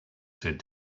said